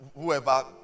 Whoever